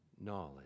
knowledge